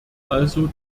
also